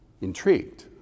Intrigued